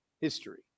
history